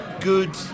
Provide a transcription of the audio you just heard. good